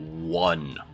one